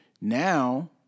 now